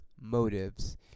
motives